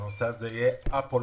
שהנושא הזה יהיה א-פוליטי.